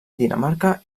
dinamarca